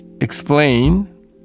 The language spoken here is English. explain